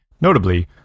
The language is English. Notably